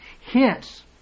Hence